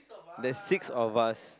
there's six of us